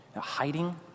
hiding